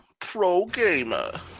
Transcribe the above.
pro-gamer